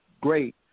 great